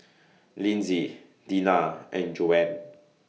Linsey Deena and Joanne